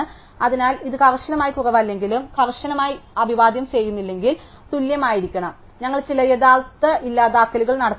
അതിനാൽ ഇത് കർശനമായി കുറവല്ലെങ്കിലും കർശനമായി അഭിവാദ്യം ചെയ്യുന്നില്ലെങ്കിൽ തുല്യമായിരിക്കണം ഞങ്ങൾ ചില യഥാർത്ഥ ഇല്ലാതാക്കലുകൾ നടത്തേണ്ടതുണ്ട്